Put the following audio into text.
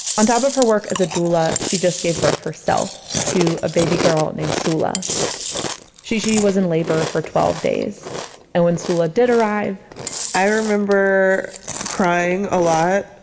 on top of her work as a doula, she just gave birth herself to a baby girl, named sula shishi was in labor for twelve days and when sula did arrive i remember crying a lot.